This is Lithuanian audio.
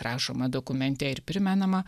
rašoma dokumente ir primenama